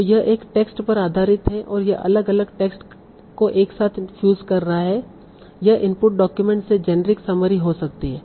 तो यह एक टेक्स्ट पर आधारित है और यह अलग अलग टेक्स्ट को एक साथ फ्यूज कर रहा है यह इनपुट डॉक्यूमेंट से जेनेरिक समरी हो सकती है